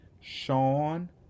Sean